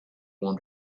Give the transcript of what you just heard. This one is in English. want